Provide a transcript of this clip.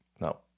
no